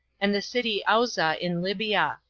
and the city auza in libya.